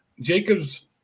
Jacobs